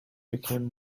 became